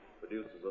produces